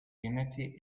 unity